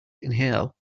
inhale